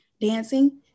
dancing